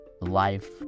life